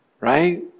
right